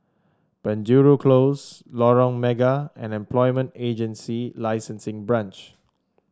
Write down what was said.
Penjuru Close Lorong Mega and Employment Agency Licensing Branch